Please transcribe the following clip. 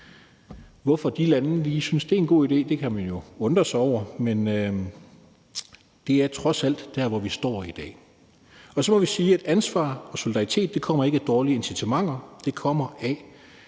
Hvorfor de lande lige synes, det er en god idé, kan man jo undre sig over, men det er trods alt der, hvor vi står i dag. Så må vi sige, at ansvar og solidaritet ikke kommer af dårlige incitamenter. Det kommer af,